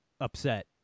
upset